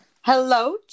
Hello